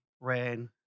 ran